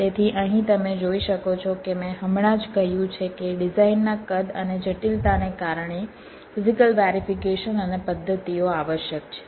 તેથી અહીં તમે જોઈ શકો છો કે મેં હમણાં જ કહ્યું છે કે ડિઝાઇનના કદ અને જટિલતાને કારણે ફિઝીકલ વેરિફીકેશન અને પદ્ધતિઓ આવશ્યક છે